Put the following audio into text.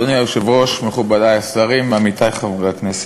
אדוני היושב-ראש, מכובדי השרים, עמיתי חברי הכנסת,